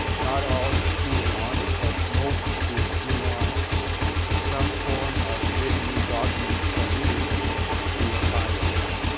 not all schools want it, but most schools do want some form of written document from you to apply with. now,